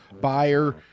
buyer